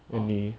!huh!